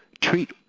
treat